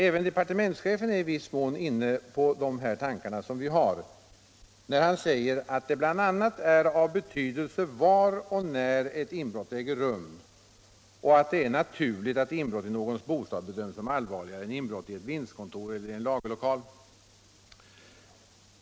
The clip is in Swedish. Även departementschefen är i viss mån inne på de tankar som vi har, när han säger att det bl.a. är av betydelse var och när ett inbrott äger rum och att det är naturligt att inbrott i någons bostad bedöms som allvarligare än inbrott i ett vindskontor eller i en lagerlokal.